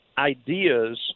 ideas